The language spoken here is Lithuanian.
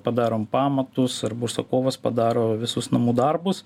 padarom pamatus arba užsakovas padaro visus namų darbus